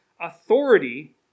authority